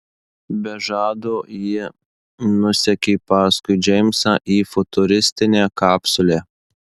be žado ji nusekė paskui džeimsą į futuristinę kapsulę